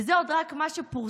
וזה עוד רק מה שפורסם,